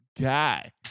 guy